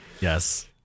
yes